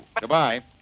Goodbye